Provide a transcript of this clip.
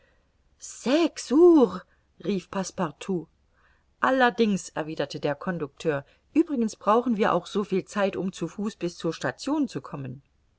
sechs uhr rief passepartout allerdings erwiderte der conducteur uebrigens brauchen wir auch soviel zeit um zu fuß bis zur station zu kommen